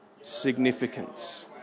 significance